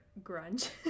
grunge